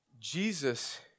Jesus